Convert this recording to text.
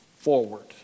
forward